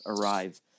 arrive